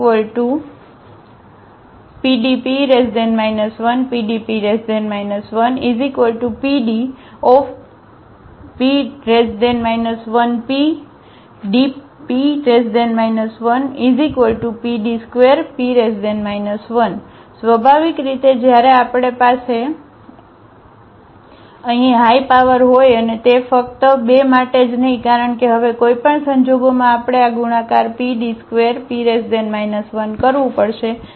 A2PDP 1PDP 1PDP 1PDP 1PD2P 1 સ્વાભાવિક રીતે જ્યારે આપણી પાસે અહીં હાય પાવર હોય અને તે ફક્ત બે માટે જ નહીં કારણ કે હવે કોઈ પણ સંજોગોમાં આપણે આ ગુણાકાર PD2P 1 કરવું પડશે